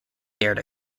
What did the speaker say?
dared